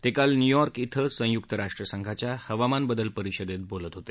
ते काल न्यूयॉर्क शि संयूक्त राष्ट्रसंघाच्या हवामान बदल परिषदेत बोलत होते